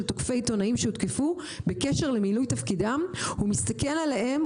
תוקפי עיתונאים שהותקפו בקשר למילוי תפקידם." הוא מסתכל עליהם,